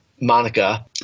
Monica